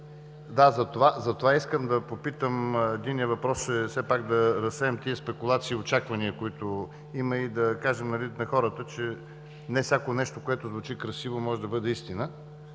PR с това. Искам да попитам – единият въпрос е, все пак да разсеем тези спекулации и очаквания, които има, и да кажем на хората, че не всяко нещо, което звучи красиво, може да бъде истина.